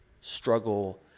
struggle